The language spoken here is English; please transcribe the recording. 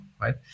Right